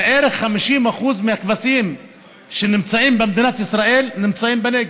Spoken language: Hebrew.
ובערך 50% מהכבשים שנמצאות במדינת ישראל נמצאות בנגב.